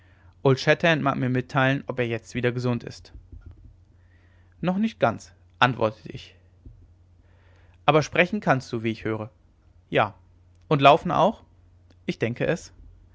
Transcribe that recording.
mag mir mitteilen ob er jetzt wieder gesund ist noch nicht ganz antwortete ich aber sprechen kannst du wie ich höre ja und laufen auch ich denke es